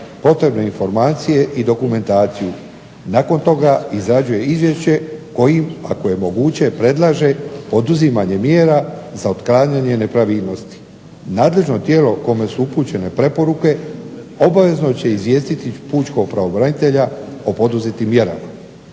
potrebne informacije i dokumentaciju. Nakon toga izrađuje izvješće kojim ako je moguće predlaže poduzimanje mjera za otklanjanje nepravilnosti. Nadležno tijelo kome su upućene preporuke obavezno će izvijestiti pučkog pravobranitelja o poduzetim mjerama.